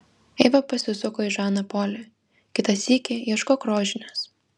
eiva pasisuko į žaną polį kitą sykį ieškok rožinės